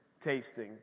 tasting